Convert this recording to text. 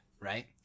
right